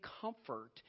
comfort